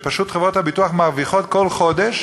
שפשוט חברות הביטוח מרוויחות כל חודש.